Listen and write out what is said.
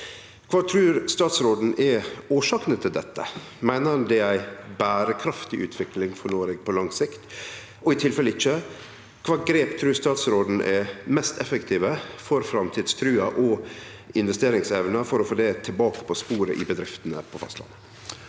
Kva trur statsråden er årsakene til dette, meiner han det er ei berekraftig utvikling for Noreg på lang sikt, og i tilfelle ikkje, kva grep trur statsråden er mest effektive for å få framtidstrua og investeringsevna tilbake på sporet i bedriftene på fastlandet?»